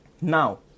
Now